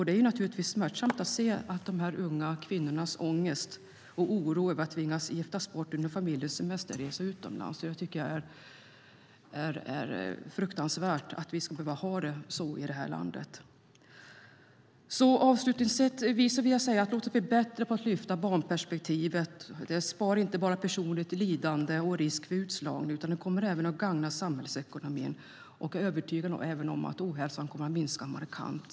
Det är naturligtvis smärtsamt att se de unga kvinnornas ångest och oro över att tvingas bli bortgifta under familjens semesterresa utomlands. Det är fruktansvärt att vi ska behöva ha det så i det här landet. Avslutningsvis vill jag säga: Låt oss bli bättre på att lyfta upp barnperspektivet! Det sparar inte bara personligt lidande och risk för utslagning utan kommer även att gagna samhällsekonomin. Jag är övertygad om att ohälsan dessutom kommer att minska markant.